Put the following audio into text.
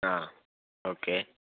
ആഹ് okay